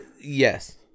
Yes